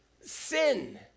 sin